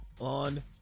on